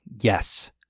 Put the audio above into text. Yes